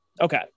Okay